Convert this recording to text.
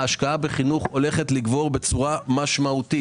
השקעה בחינוך הולכת לגבור בצורה משמעותית.